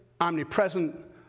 omnipresent